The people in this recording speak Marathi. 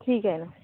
ठीकए ना